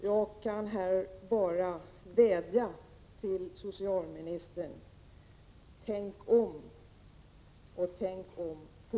Jag kan här bara vädja till socialministern: Tänk om och tänk om fort!